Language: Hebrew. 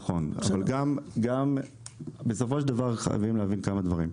נכון, אבל בסופו של דבר, חייבים להבין כמה דברים: